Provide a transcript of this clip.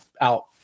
out